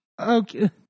okay